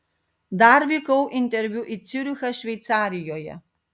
dar vykau interviu į ciurichą šveicarijoje